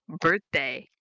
birthday